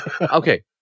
okay